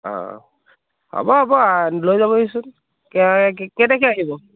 অ' হ'ব হ'ব লৈ যাবহি চোন কে কেনেকৈ আহিব